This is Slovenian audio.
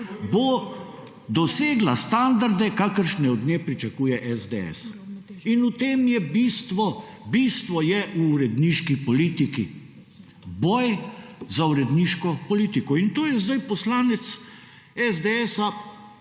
bo dosegla standarde, kakršne od nje pričakuje SDS. In v tem je bistvo, bistvo je v uredniški politiki, boj za uredniško politiko. In to je zdaj poslanec SDS-a